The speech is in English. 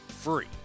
Free